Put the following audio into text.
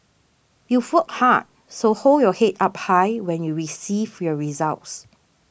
you've work hard so hold your head up high when you receive your results